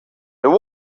there